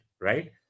right